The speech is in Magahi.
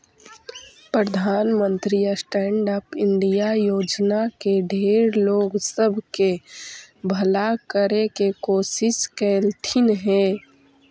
प्रधानमंत्री स्टैन्ड अप इंडिया योजना से ढेर लोग सब के भला करे के कोशिश कयलथिन हे